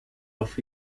off